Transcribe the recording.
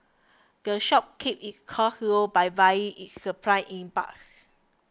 the shop keeps its costs low by buying its supplies in bulks